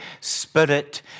Spirit